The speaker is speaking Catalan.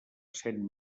essent